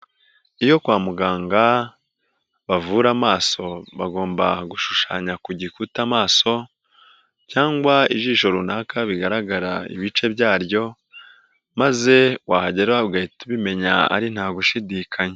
Iyo kwa muganga, bavura amaso bagomba gushushanya ku gikuta amaso cyangwa ijisho runaka bigaragara ibice byaryo maze wahageraho ugahita ubimenya ari nta gushidikanya.